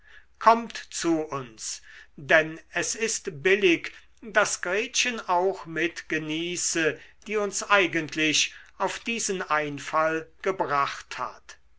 kommt zu uns denn es ist billig daß gretchen auch mit genieße die uns eigentlich auf diesen einfall gebracht hat